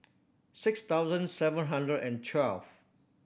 six thousand seven hundred and twelve